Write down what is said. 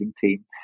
team